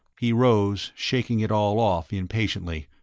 he rose, shaking it all off impatiently.